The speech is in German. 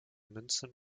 münzen